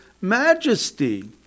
majesty